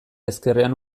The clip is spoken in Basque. ezkerrean